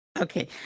Okay